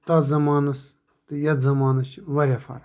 تتھ زمانَس تہٕ یَتھ زمانَس چھِ واریاہ فرق